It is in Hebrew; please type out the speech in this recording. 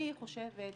ואני חושבת,